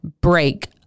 break